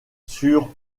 sur